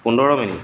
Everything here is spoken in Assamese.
পোন্ধৰ মিনিট